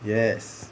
yes